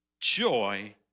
joy